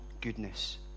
goodness